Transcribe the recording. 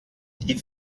die